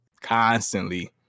constantly